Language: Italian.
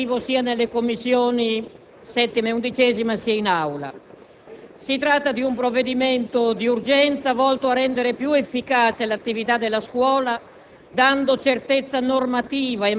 dopo un proficuo lavoro emendativo, sia nelle Commissioni (VII e XI), sia in Aula. Si tratta di un provvedimento di urgenza volto a rendere più efficace l'attività della scuola